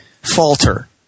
falter